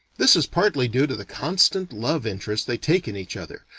this is partly due to the constant love interest they take in each other,